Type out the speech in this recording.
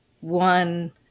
one